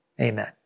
amen